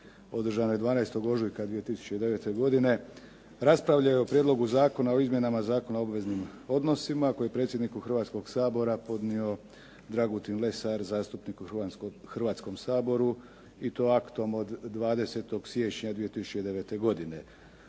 održanoj 12. ožujka 2009. godine raspravljao je o Prijedlogu zakona o izmjenama Zakona o obveznim odnosima koje je predsjedniku Hrvatskog sabora podnio Dragutin Lesar, zastupnik u Hrvatskom saboru i to aktom od 20. siječnja 2009. Odbor